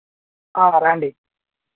రండి